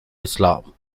islam